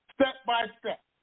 step-by-step